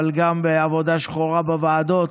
אבל גם בעבודה שחורה בוועדה,